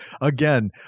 again